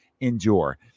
endure